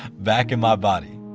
back in my body.